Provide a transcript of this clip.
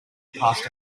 past